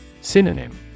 Synonym